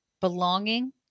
belonging